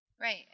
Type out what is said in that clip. Right